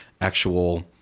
actual